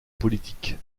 politique